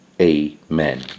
Amen